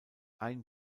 ein